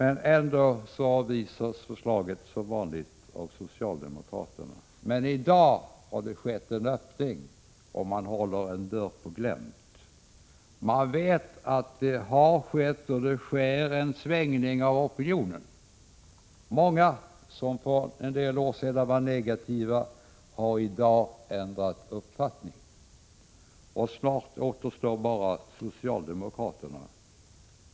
Ändå avvisas förslaget som vanligt av socialdemokraterna. Men i dag har det skett en öppning, och man håller en dörr på glänt. Man vet att det har skett och sker en svängning av opinionen. Många som för en del år sedan var negativa har i dag ändrat uppfattning, och snart återstår bara socialdemokraterna.